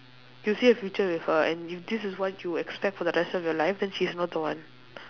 you'll see a future with her and if this is what you expect for the rest of your life then she's not the one